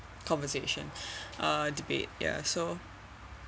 conversation uh debate ya so